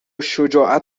شجاعت